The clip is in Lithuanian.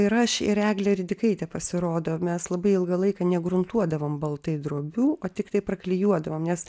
ir aš ir eglė dikaitė pasirodo mes labai ilgą laiką negruntuodavom baltai drobių o tiktai praklijuodavom nes